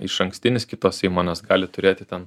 išankstinis kitos įmonės gali turėti ten